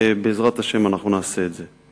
ובעזרת השם נעשה את זה.